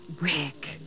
Rick